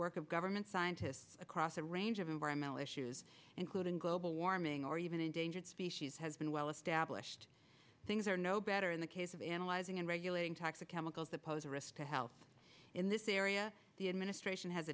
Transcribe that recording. work of government scientists across a range of environmental issues including global warming or even endangered species has been well established things are no better in the case of analyzing and regulating toxic chemicals that pose a risk to health in this area the administration has